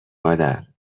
مادر